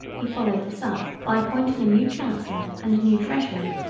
he followed this up, by appointing a new chancellor and a new treasurer,